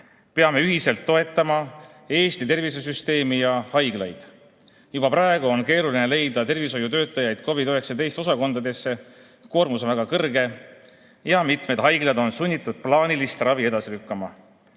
ühiselt toetama Eesti tervisesüsteemi ja haiglaid. Juba praegu on keeruline leida tervishoiutöötajaid COVID-19 osakondadesse. Koormus on väga kõrge ja mitmed haiglad on sunnitud plaanilist ravi edasi lükkama.